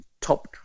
top